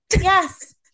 yes